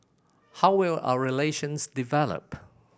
how will our relations develop